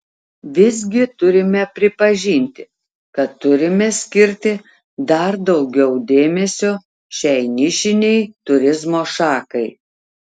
visgi turime pripažinti kad turime skirti dar daugiau dėmesio šiai nišinei turizmo šakai